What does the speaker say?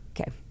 Okay